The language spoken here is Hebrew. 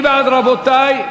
, רבותי?